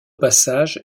passages